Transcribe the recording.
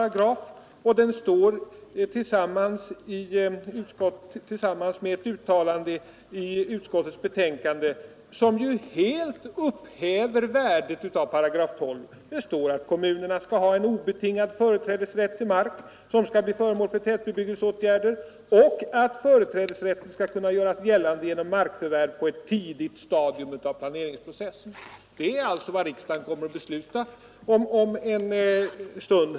Den står dessutom i utskottets betänkande tillsammans med ett uttalande som upphäver värdet av 12 8. Det heter där att kommunerna skall ha en obetingad företrädesrätt till mark som skall bli föremål för tätbebyggelseåtgärder och att företrädesrätten skall kunna göras gällande genom markförvärv på ett tidigt stadium av planeringsprocessen. Detta är alltså vad riksdagen kommer att besluta om en stund.